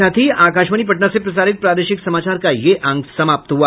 इसके साथ ही आकाशवाणी पटना से प्रसारित प्रादेशिक समाचार का ये अंक समाप्त हुआ